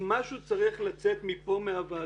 אם משהו צריך לצאת מכאן, מהוועדה,